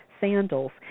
Sandals